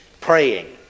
Praying